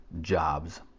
jobs